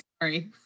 sorry